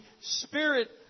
spirit